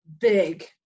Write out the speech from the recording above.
big